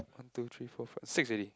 two three four five six already